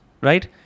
right